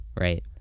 Right